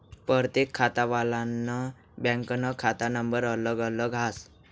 परतेक खातावालानं बँकनं खाता नंबर अलग अलग हास